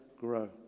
grow